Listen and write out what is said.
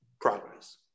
progress